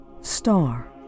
star